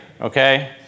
okay